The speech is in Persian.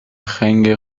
خنگ